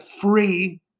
free